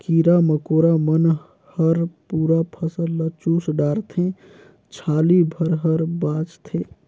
कीरा मकोरा मन हर पूरा फसल ल चुस डारथे छाली भर हर बाचथे